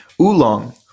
oolong